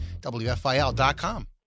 WFIL.com